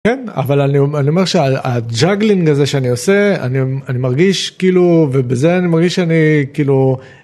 כן? אבל אני אומר שהג'אגלינג הזה שאני עושה, אני, אני מרגיש כאילו, ובזה אני מרגיש שאני כאילו...